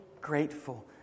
grateful